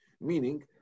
Meaning